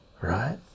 right